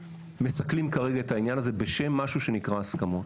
מסכלים כרגע את העניין הזה בשם משהו שנקרא הסכמות.